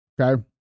okay